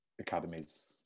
academies